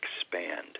expand